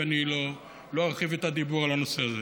ואני לא ארחיב את הדיבור על הנושא הזה.